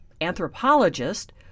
anthropologist